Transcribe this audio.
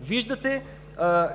Виждате